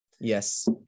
Yes